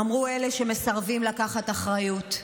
אמרו אלה שמסרבים לקחת אחריות,